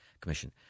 commission